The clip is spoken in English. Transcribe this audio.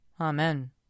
Amen